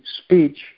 speech